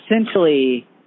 essentially